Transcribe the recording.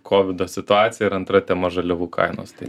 kovido situacija ir antra tema žaliavų kainos tai